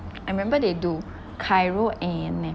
I remember they do chiro and